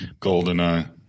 Goldeneye